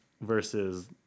versus